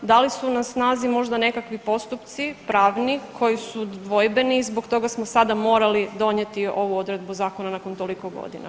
Da li su na snazi možda nekakvi postupci pravi koji su dvojbeni i zbog toga smo sada morali donijeti ovu odredbu zakona nakon toliko godina?